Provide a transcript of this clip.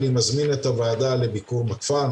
אני מזמין את הוועדה לביקור בכפר,